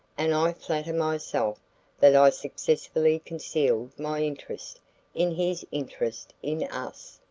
and i flatter myself that i successfully concealed my interest in his interest in us.